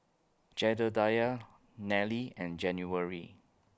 Jedediah Nellie and January